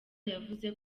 yavuze